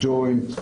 הג'וינט,